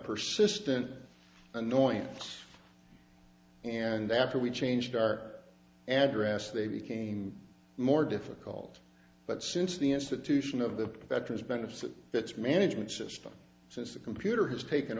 persistent annoyance and after we changed our address they became more difficult but since the institution of the veterans benefits its management system since the computer has taken